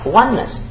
oneness